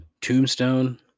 Tombstone